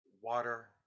water